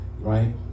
right